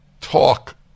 talk